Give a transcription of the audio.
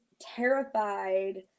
terrified